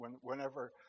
whenever